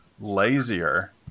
lazier